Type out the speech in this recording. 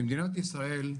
במדינת ישראל,